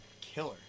killer